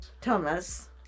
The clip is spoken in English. Thomas